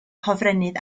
hofrennydd